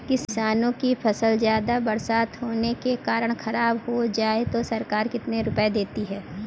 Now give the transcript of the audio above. किसानों की फसल ज्यादा बरसात होने के कारण खराब हो जाए तो सरकार कितने रुपये देती है?